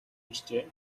иржээ